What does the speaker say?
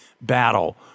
battle